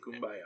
Kumbaya